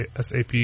SAP